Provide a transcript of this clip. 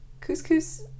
Couscous